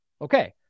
Okay